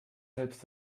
selbst